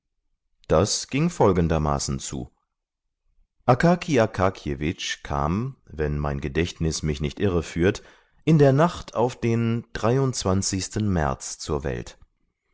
das ging folgendermaßen zu akaki akakjewitsch kam wenn mein gedächtnis mich nicht irreführt in der nacht auf den dreiundzwanzigsten märz zur welt